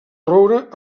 roure